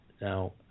now